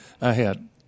ahead